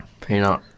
peanut